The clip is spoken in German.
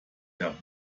der